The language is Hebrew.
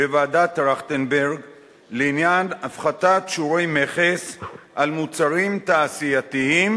בוועדת-טרכטנברג לעניין הפחתת שיעורי מכס על מוצרים תעשייתיים